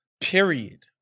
period